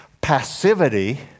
passivity